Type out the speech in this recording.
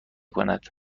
کند